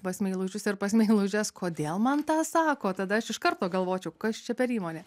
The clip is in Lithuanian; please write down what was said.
pas meilužius ir pas meilužes kodėl man tą sako tada aš iš karto galvočiau kas čia per įmonė